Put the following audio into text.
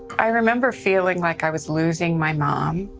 i remember feeling like i was losing my mom,